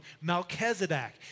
Melchizedek